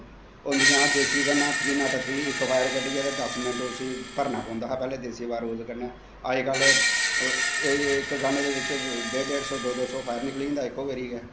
होंदियां हां देस्सी गन्नां थ्री नट थ्री इक फैर कड्ढियै ते दस मैंन्ट उसी भरना पौंदा हा पैह्लैं उसी देस्सी बारूद दै कन्नै अज्ज कल इक गन्न चा दा डेड़ डेड़ सो दो दो सौ फैर निकली जंदा इको बारी गै